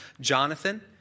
Jonathan